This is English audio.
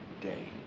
day